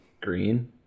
green